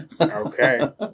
Okay